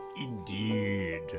indeed